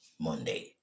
Monday